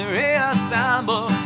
reassemble